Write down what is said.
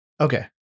Okay